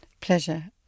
Pleasure